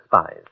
spies